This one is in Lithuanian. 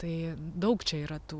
tai daug čia yra tų